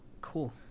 Cool